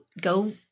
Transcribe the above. go